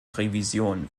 revision